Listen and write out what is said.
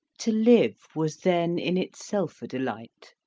to live was then in itself a delight,